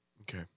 Okay